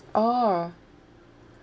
orh